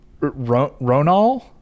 Ronal